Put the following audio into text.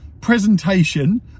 presentation